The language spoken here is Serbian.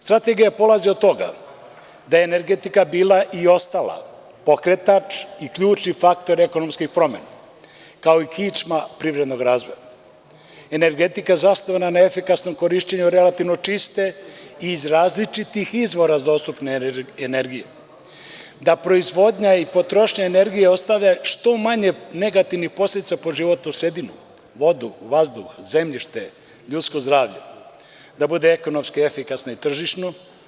Strategija polazi od toga da je energetika bila i ostala pokretač i ključni faktor ekonomskih promena, kao i kičma privrednog razvoja, energetika zasnovana na efikasnom korišćenju relativno čiste i iz različitih izvora dostupne energije, da proizvodnja i potrošnja energije ostave što manje negativnih posledica po životnu sredinu, vodu, vazduh, zemljište, ljudsko zdravlje, da bude ekonomski efikasna i tržišno.